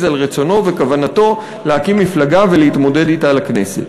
על רצונו ועל כוונתו להקים מפלגה ולהתמודד אתה לכנסת.